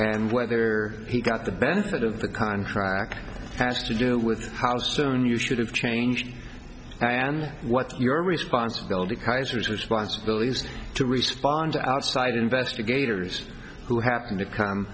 and whether he got the benefit of the contract has to do with how soon you should have changed and what your responsibility kaiser's responsibilities to respond to outside investigators who happen to co